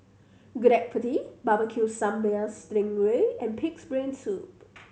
Gudeg Putih Barbecue Sambal sting ray and Pig's Brain Soup